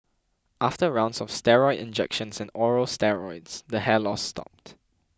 after rounds of steroid injections and oral steroids the hair loss stopped